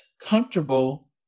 comfortable